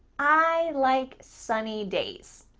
i like sunny days.